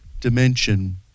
dimension